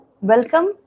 Welcome